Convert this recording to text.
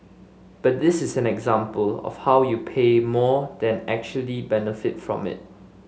but this is an example of how you pay more and actually benefit from it